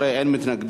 14 בעד, אין מתנגדים.